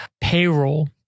payroll